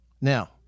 Now